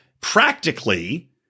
practically